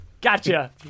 Gotcha